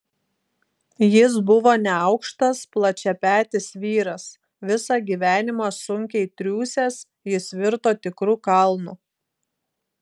jis buvo neaukštas plačiapetis vyras visą gyvenimą sunkiai triūsęs jis virto tikru kalnu